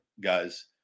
guys